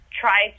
try